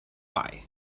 why